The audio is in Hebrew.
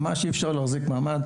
ממש אי אפשר להחזיק מעמד.